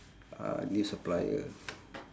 uh new supplier